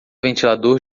ventilador